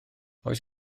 oes